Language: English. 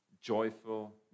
joyful